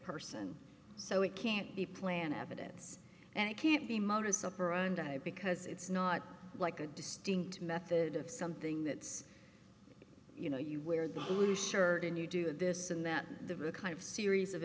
person so it can't be planted evidence and it can't be modus operandi because it's not like a distinct method of something that's you know you wear the blue shirt and you do this and that the record of series of